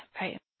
right